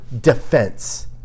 defense